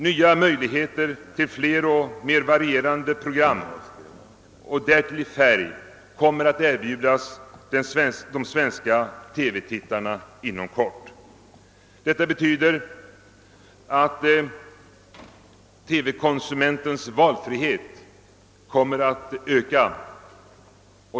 Nya möjligheter till flera och mer varierande program — och därtill i färg — kommer inom kort att erbjudas de svenska TV-tittarna. Det betyder att TV-konsumentens valfrihet ökar.